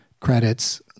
credits